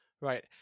Right